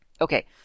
Okay